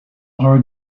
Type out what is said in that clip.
are